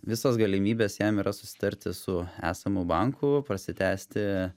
visos galimybės jam yra susitarti su esamu banku prasitęsti